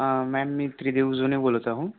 ma'am मी त्रिदेव जूने बोलत आहे